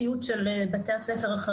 סליחה,